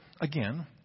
again